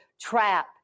trap